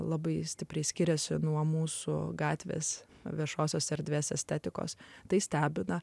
labai stipriai skiriasi nuo mūsų gatvės viešosios erdvės estetikos tai stebina